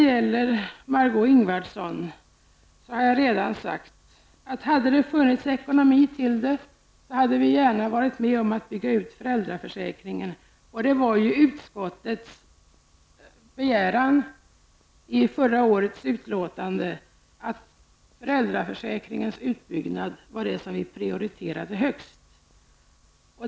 Till Margó Ingvardsson vill jag än en gång säga, att om vi hade haft de ekonomiska förutsättningarna skulle vi gärna ha velat vara med om att bygga ut föräldraförsäkringen. Utskottet begärde också i förra årets betänkande att föräldraförsäkringens utbyggnad skulle prioriteras högst.